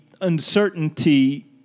uncertainty